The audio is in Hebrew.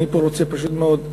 אני פה רוצה פשוט מאוד,